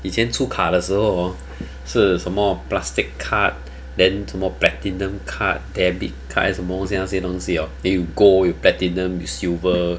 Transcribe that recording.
以前出卡的时候 hor 是什么 plastic card then 什么 platinum card debit card 还有什么那些东西也有 gold err platinum silver